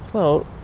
well,